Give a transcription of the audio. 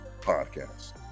Podcast